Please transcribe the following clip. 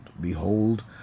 Behold